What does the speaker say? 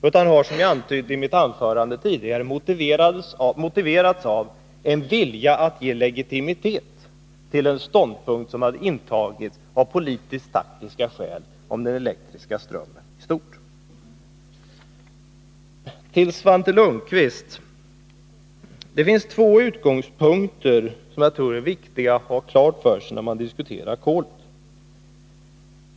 De har, som jag sade i mitt tidigare anförande, tillkommit på grundval av en vilja att ge legitimitet åt en ståndpunkt som av politisk-taktiska skäl intagits till användningen av den elektriska strömmen i stort. Till Svante Lundkvist vill jag säga att det finns två utgångspunkter som det är viktigt att ha klara för sig när man diskuterar kolet.